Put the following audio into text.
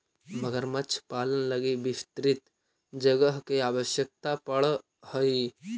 मगरमच्छ पालन लगी विस्तृत जगह के आवश्यकता पड़ऽ हइ